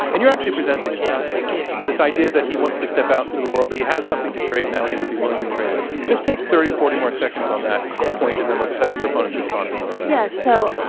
and you're actually presenting them with one this idea that he wants to step out into the world. he has something to trade now, and he would be willing to trade it. just take thirty, forty more seconds on that point, and then let's have your opponents respond to some of that. yeah. so,